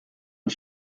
und